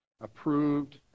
approved